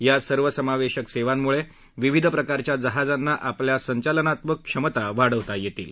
या सर्वसमावेश सेवांमुळे विविध प्रकारच्या जहाजांना आपल्या संचालनात्मक क्षमता वाढवता येतील